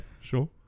sure